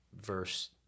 verse